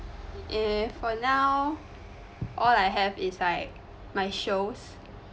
eh for now all I have is like my shows